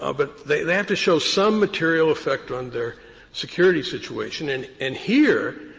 ah but they they have to show some material effect on their security situation. and and here,